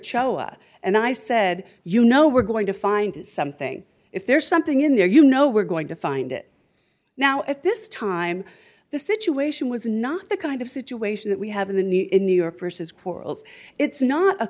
out and i said you know we're going to find something if there's something in there you know we're going to find it now at this time the situation was not the kind of situation that we have in the news in new york versus quarrels it's not a